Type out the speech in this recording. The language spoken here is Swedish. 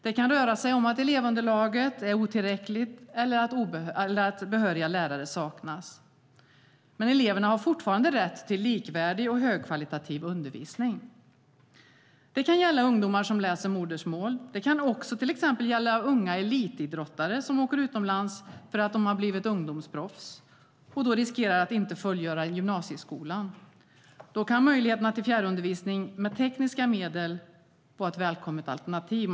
Det kan röra sig om att elevunderlaget är otillräckligt eller att behöriga lärare saknas. Men eleverna har fortfarande rätt till likvärdig och högkvalitativ undervisning. Det kan gälla ungdomar som läser modersmål. Det kan också till exempel gälla unga elitidrottare som åker utomlands för att de har blivit ungdomsproffs och då riskerar att inte fullgöra gymnasieskolan. Då kan möjligheterna till fjärrundervisning med tekniska medel vara ett välkommet alternativ.